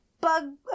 bug